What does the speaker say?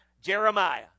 Jeremiah